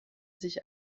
sich